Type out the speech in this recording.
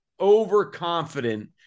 overconfident